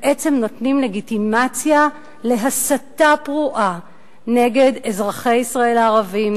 בעצם נותנים לגיטימציה להסתה פרועה נגד אזרחי ישראל הערבים,